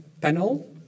panel